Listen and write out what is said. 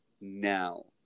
now